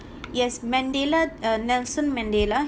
yes mandela uh nelson mandela